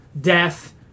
death